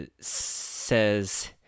says